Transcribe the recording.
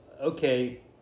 okay